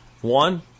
One